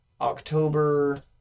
October